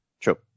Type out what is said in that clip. True